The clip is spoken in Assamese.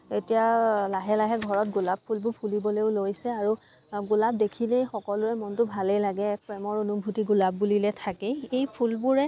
এতিয়া লাহে লাহে ঘৰত গোলাপ ফুলবোৰ ফুলিবলেও লৈছে আৰু গোলাপ দেখিলেই সকলোৰে মনটো ভালেই লাগে প্ৰেমৰ অনুভূতি গোলাপ বুলিলে থাকেই এই ফুলবোৰে